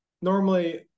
normally